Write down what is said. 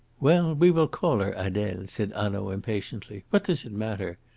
well, we will call her adele, said hanaud impatiently. what does it matter?